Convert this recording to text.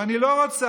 ואני לא רוצה,